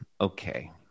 okay